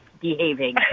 behaving